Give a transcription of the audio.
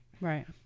Right